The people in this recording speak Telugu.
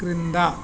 క్రింద